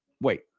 wait